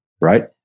right